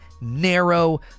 narrow